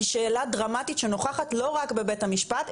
היא שאלה דרמטית שנוכחת לא רק בבית המשפט,